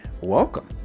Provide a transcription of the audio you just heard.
welcome